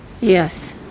Yes